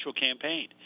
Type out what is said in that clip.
campaign